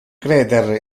creder